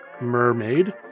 mermaid